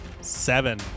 Seven